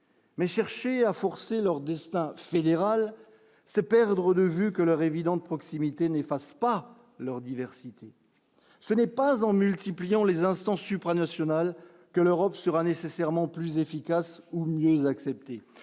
Mais chercher à forcer leur destin fédéral, c'est perdre de vue que leur évidente proximité n'efface pas leur diversité, ce n'est pas en multipliant les instances supranationales que l'Europe sera nécessairement plus efficaces ou mieux accepté